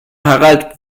harald